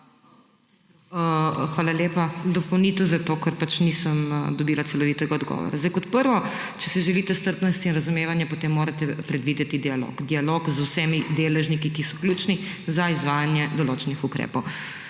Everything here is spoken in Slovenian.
Hvala lepa. Dopolnitev za to, ker pač nisem dobila celovitega odgovora. Zdaj kot prvo, če si želite strpnost in razumevanje, potem morate predvideti dialog, dialog z vsemi deležniki, ki so ključni za izvajanje določenih ukrepov.